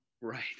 Right